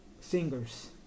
singers